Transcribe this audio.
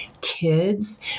kids